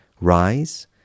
Rise